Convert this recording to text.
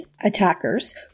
attackers